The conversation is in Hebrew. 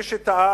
מי שטעה,